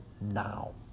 now